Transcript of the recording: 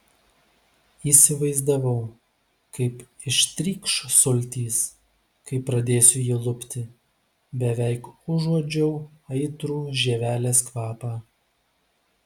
įsivaizdavau kaip ištrykš sultys kai pradėsiu jį lupti beveik užuodžiau aitrų žievelės kvapą